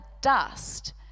dust